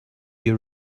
you